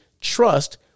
trust